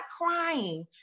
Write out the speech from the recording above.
crying